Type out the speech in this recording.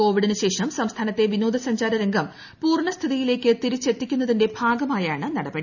കോവിഡിന് ശേഷം സംസ്ഥാനത്തെ വിനോദസഞ്ചാര രംഗം പൂർണ സ്ഥിതിയിലേക്ക് തിരിച്ചെത്തിക്കുന്നതിൻറെ ഭാഗമായാണ് നടപടി